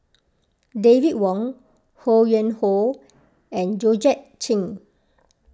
David Wong Ho Yuen Hoe and Georgette Chen